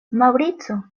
maŭrico